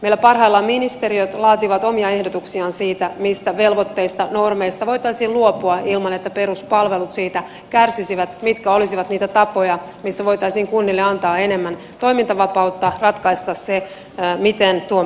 meillä parhaillaan ministeriöt laativat omia ehdotuksiaan siitä mistä velvoitteista normeista voitaisiin luopua ilman että peruspalvelut siitä kärsisivät mitkä olisivat niitä tapoja missä voitaisiin kunnille antaa enemmän toimintavapautta ratkaista se miten tuon palvelutehtävän hoitavat